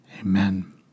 Amen